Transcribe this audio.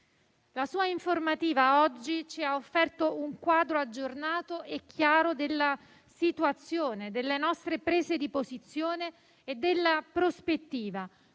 La sua informativa oggi ci ha offerto un quadro aggiornato e chiaro della situazione, delle nostre prese di posizione e della prospettiva,